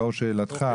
לאור שאלתך.